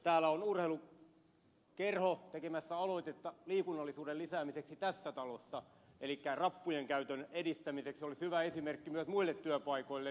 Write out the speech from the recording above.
täällä on urheilukerho tekemässä aloitetta liikunnallisuuden lisäämiseksi tässä talossa elikkä rappujen käytön edistämiseksi mikä olisi hyvä esimerkki myös muille työpaikoille